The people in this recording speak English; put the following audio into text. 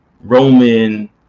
roman